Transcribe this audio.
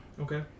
Okay